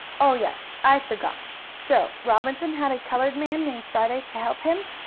oh, yes. i forgot. so robinson had a colored man named friday to help him.